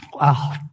Wow